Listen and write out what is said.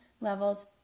levels